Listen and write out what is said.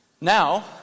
Now